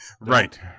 right